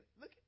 look